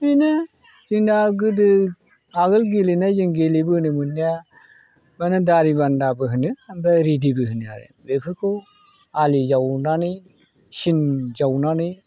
बेनो जोंना गोदो आगोल गेलेनाय जों गेलेबोनो मोननाया माने दारि बान्दाबो होनो ओमफ्राय रेदिबो होनो आरो बेफोरखौ आलि जावनानै सिन जावनानै